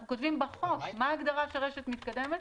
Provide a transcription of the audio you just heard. אנחנו כותבים בחוק מה ההגדרה של רשת מתקדמת: